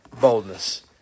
boldness